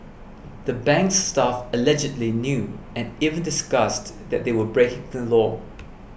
the bank's staff allegedly knew and even discussed that they were breaking the law